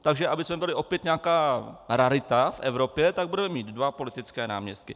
Takže abychom byli opět nějaká rarita v Evropě, tak budeme mít dva politické náměstky.